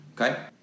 Okay